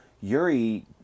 Yuri